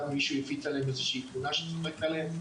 ומישהו הפיץ עליהם איזושהי תמונה שצוחקת עליהם,